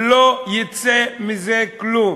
לא יצא מזה כלום.